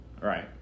right